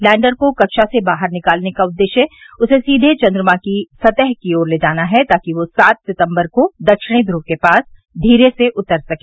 lander को कक्षा से बाहर निकालने का उद्देश्य उसे सीधे चन्द्रमा की सतह की ओर ले जाना है ताकि वो सात सितम्बर को दक्षिणी ध्रव के पास धीरे से उतर सके